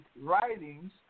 writings